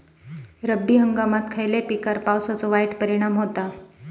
रब्बी हंगामात खयल्या पिकार पावसाचो वाईट परिणाम होता?